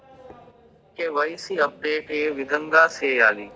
KYC update ఏ విధంగా సేయాలి?